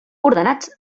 ordenats